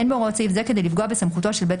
(ד) אין בהוראות סעיף זה כדי לפגוע בסמכות בית